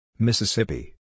Mississippi